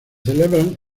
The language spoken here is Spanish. celebraban